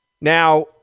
now